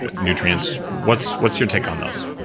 nutrients. what's what's your take on those?